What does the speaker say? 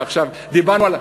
עכשיו דיברנו על,